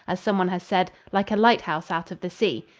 as someone has said, like a light-house out of the sea.